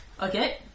Okay